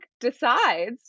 decides